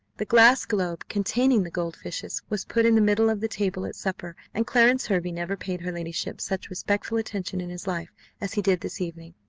the glass globe containing the gold fishes was put in the middle of the table at supper and clarence hervey never paid her ladyship such respectful attention in his life as he did this evening.